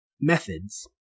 methods